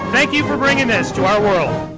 thank you for bringing this to our world